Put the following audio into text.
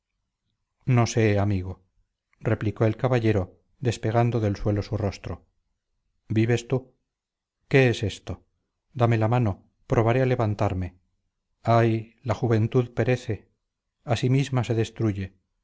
no sé amigo replicó el caballero despegando del suelo su rostro vives tú qué es esto dame la mano probaré a levantarme ay la juventud perece a sí misma se destruye